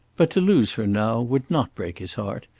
but to lose her now would not break his heart,